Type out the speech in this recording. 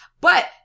but-